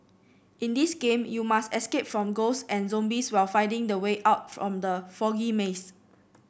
in this game you must escape from ghosts and zombies while finding the way out from the foggy maze